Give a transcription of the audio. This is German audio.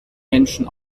menschen